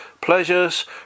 pleasures